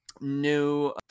new